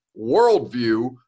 worldview